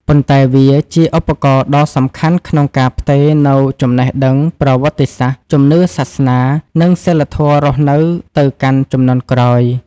ប៉ុន្តែវាជាឧបករណ៍ដ៏សំខាន់ក្នុងការផ្ទេរនូវចំណេះដឹង ប្រវត្តិសាស្ត្រ ជំនឿសាសនា និងសីលធម៌រស់នៅទៅកាន់ជំនាន់ក្រោយ។